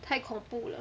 太恐怖了